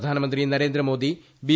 പ്രധാനമന്ത്രി നരേന്ദ്രമോദി ബി